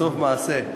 סוף מעשה.